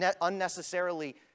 unnecessarily